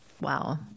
Wow